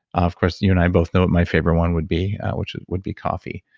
of course you and i both know what my favorite one would be which would be coffee.